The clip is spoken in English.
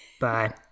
Bye